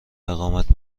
اقامت